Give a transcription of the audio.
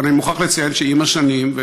אבל אני מוכרח לציין שעם השנים,